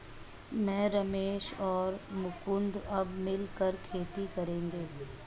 मैं, रमेश और मुकुंद अब मिलकर खेती करेंगे